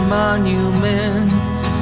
monuments